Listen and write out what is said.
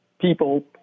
people